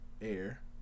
Air